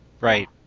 Right